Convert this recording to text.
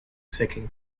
second